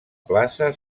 plaça